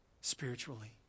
spiritually